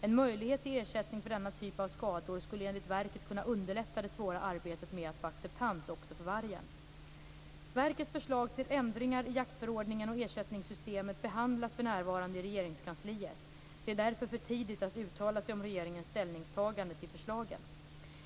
En möjlighet till ersättning för denna typ av skador skulle enligt verket kunna underlätta det svåra arbetet med att få acceptans också för vargen. Verkets förslag till ändringar i jaktförordningen och ersättningssystemet behandlas för närvarande i Regeringskansliet. Det är därför för tidigt att uttala sig om regeringens ställningstagande till förslagen.